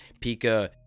pika